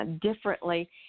differently